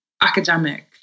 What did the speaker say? academic